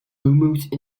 almost